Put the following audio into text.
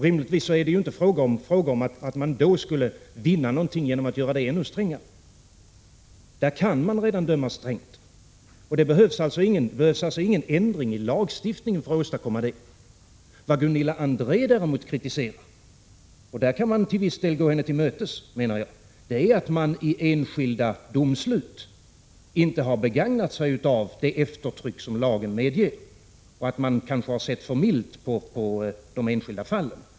Rimligtvis kan det då inte vara fråga om att man skulle vinna någonting genom att göra straffet ännu strängare. Man kan redan döma strängt. Man behöver alltså ingen ändring i lagstiftningen för att åstadkomma det. Vad Gunilla André däremot kritiserar — och där kan jag till viss del gå henne till mötes — är att man i enskilda domslut inte har begagnat sig av det eftertryck som lagen medger och att man kanske har sett för milt på de enskilda fallen.